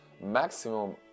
maximum